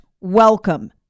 welcome